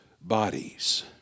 bodies